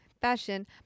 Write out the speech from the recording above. Fashion